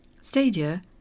Stadia